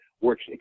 works